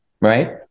right